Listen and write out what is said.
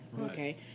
okay